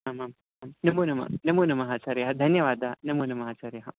आमाम् आं नमो नमः नमो नमः आचार्याः धन्यवादः नमो नमः आचार्याः